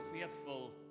faithful